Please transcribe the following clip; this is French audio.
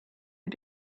des